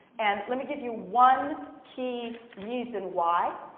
and let me give you one key reason why.